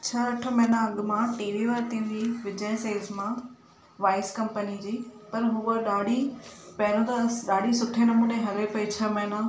छह अठ महीना अॻु मां टीवी वरिती हुई विजय सेल्स मां वाइस कंपनी जी पर हूअ ॾाढी पहिरों त ॾाढी सुठे नमूने हले पई छह महीनो